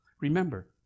Remember